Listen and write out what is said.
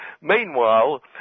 meanwhile